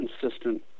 consistent